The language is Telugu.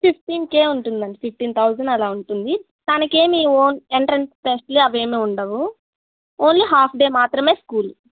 ఫిఫ్టీన్ కేే ఉంటుందండి ఫిఫ్టీన్ థౌజండ్ అలా ఉంటుంది దానికేమి ఓన్ ఎంట్రెన్స్ టెస్టలు అవేమీ ఉండవు ఓన్లీ హాఫ్డే మాత్రమే స్కూల్